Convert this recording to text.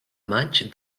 maig